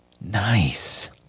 nice